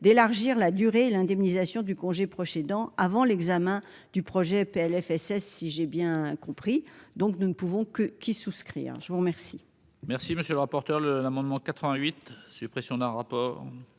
d'élargir la durée, l'indemnisation du congé proche aidant, avant l'examen du projet Plfss si j'ai bien compris donc nous ne pouvons que qu'y souscrire je vous remercie.